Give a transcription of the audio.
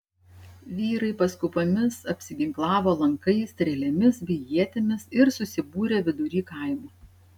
vyrai paskubomis apsiginklavo lankais strėlėmis bei ietimis ir susibūrė vidury kaimo